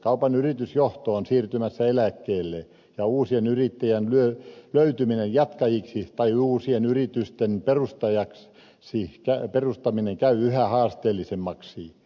kaupan yritysjohto on siirtymässä eläkkeelle ja uusien yrittäjien löytyminen jatkajiksi tai uusien yritysten perustaminen käy yhä haasteellisemmaksi